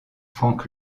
frank